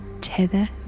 tether